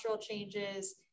changes